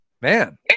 Man